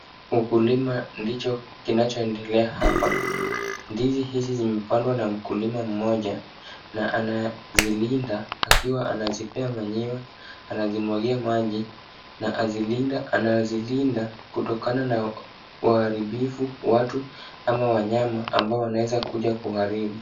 Ukulima ndicho kinachoendelea hapa. Ndizi hizi zimepandwa na mkulima moja na anazilinda akizipea manyua, anazimwagia maji, na anazilinda kutokana na waharibifu, watu, au wanyama wanaoweza kuja kuziharibu.